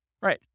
Right